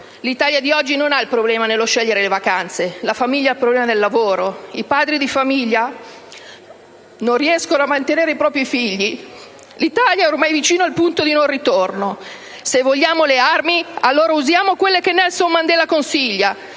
L'Italia di oggi non ha il problema di scegliere le vacanze. Le famiglie hanno il problema del lavoro. I padri di famiglia non riescono a mantenere i propri figli. L'Italia è ormai vicina al punto di non ritorno. Se vogliamo le armi, allora usiamo quelle che Nelson Mandela consiglia: